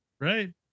right